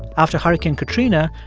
after hurricane katrina,